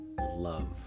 love